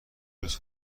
روز